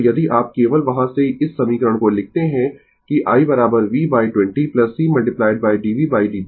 तो यदि आप केवल वहाँ से इस समीकरण को लिखते है कि i v 20 c d v d t